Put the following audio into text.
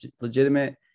legitimate